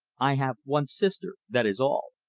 i have one sister, that is all.